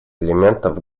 элементов